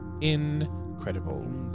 incredible